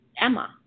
Emma